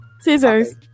Scissors